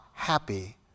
happy